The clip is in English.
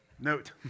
Note